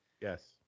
yes